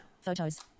photos